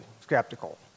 skeptical